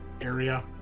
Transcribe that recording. area